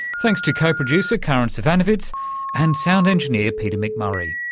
thanks to co-producer karin zsivanovits and sound engineer peter mcmurray.